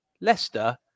Leicester